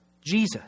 Jesus